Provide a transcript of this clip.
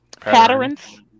patterns